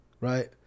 right